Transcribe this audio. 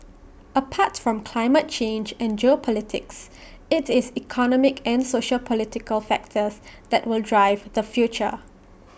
apart from climate change and geopolitics IT is economic and sociopolitical factors that will drive the future